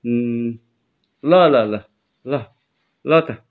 ल ल ल ल ल त